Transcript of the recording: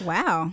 Wow